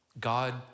God